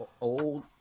old